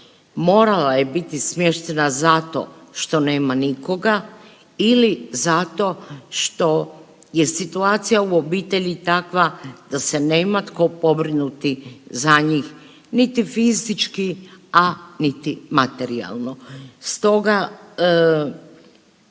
morala je biti smještena zato što nema nikoga ili zato što je situacija u obitelji takva da se nema tko pobrinuti za njih niti fizički, a niti materijalno. Stoga